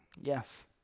yes